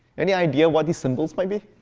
any idea what these symbols might be?